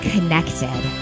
Connected